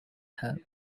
her